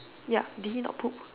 yup did he not poop